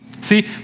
See